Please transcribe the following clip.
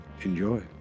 Enjoy